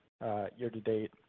year-to-date